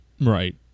right